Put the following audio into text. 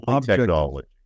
technology